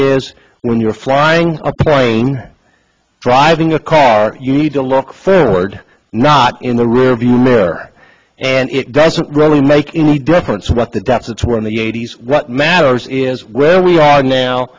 is when you're flying a plane driving a car you need to look forward not in the rearview mirror and it doesn't really make any difference what the deficits were in the eighty's what matters is where we are now